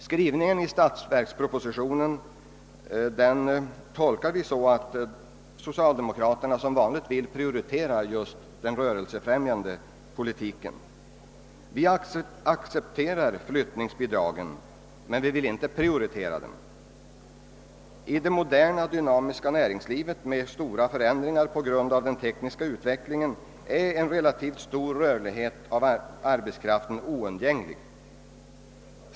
Skrivningen i statsverkspropositiotionen tolkar vi så, att socialdemokraterna som vanligt vill prioritera just (den rörlighetsfrämjande politiken. Vi :accepterar flyttningsbidragen men vill inte prioritera dem. I det moderna dynamiska näringslivet med stora förändringar på grund av den tekniska utvecklingen är en relativt stor rörlighet av arbetskraften ofrånkomlig.